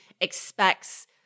expects